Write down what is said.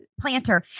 planter